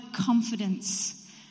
confidence